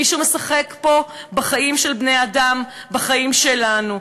מישהו משחק פה בחיים של בני-אדם, בחיים שלנו.